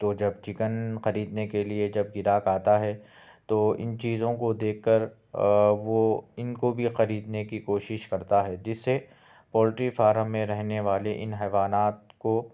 تو جب چکن خریدنے کے لیے جب گراہک آتا ہے تو ان چیزوں کو دیکھ کر وہ ان کو بھی خریدنے کی کوشش کرتا ہے جس سے پولٹری فارم میں رہنے والے ان حیوانات کو